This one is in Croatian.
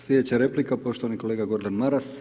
Sljedeća replika poštovani kolega Gordan Mars.